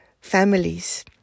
families